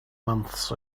months